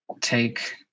take